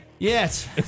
Yes